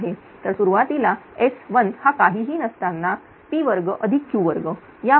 तर सुरुवातीला S1 हा काहीही नसताना P2Q2 या बरोबर आहे